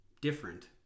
different